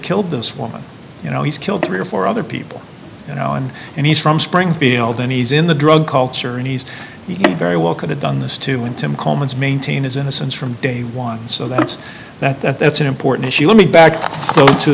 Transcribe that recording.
killed this woman you know he's killed three or four other people you know and and he's from springfield unease in the drug culture and he's very well could have done this to him tim coleman's maintain his innocence from day one so that's that that's an important issue let me back to